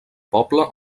poble